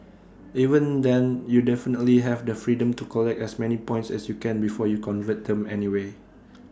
even then you definitely have the freedom to collect as many points as you can before you convert them anyway